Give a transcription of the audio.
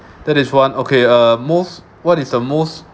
that is one okay uh most what is the most